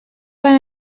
van